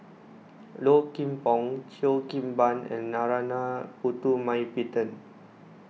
Low Kim Pong Cheo Kim Ban and Narana Putumaippittan